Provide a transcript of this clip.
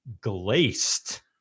glazed